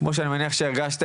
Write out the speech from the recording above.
כמו שאני מניח שהרגשתם,